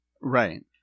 Right